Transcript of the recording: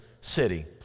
city